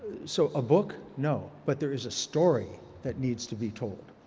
so a book, no. but there is a story that needs to be told.